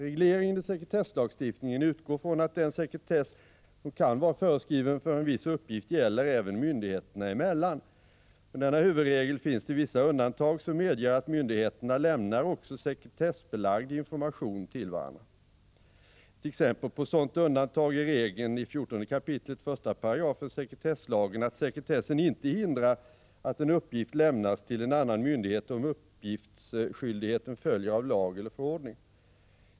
Regleringen i sekretesslagstiftningen utgår från att den sekretess som kan vara föreskriven för en viss uppgift gäller även myndigheterna emellan. Från denna huvudregel finns det vissa undantag som medger att myndigheterna lämnar också sekretessbelagd information till varandra. Ett exempel på ett sådant undantag är regeln i 14 kap. 1 § sekretesslagen = Prot. 1985/86:104 att sekretessen inte hindrar att en uppgift — 1 april 1986 lämnas till en annan myndighet, om uppgiftsskyldigheten följer av lag eller förordning.